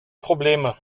probleme